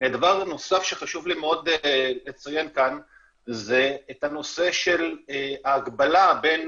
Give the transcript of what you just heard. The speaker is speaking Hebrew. דבר נוסף שחשוב לי מאוד לציין כאן זה את הנושא של ההקבלה בין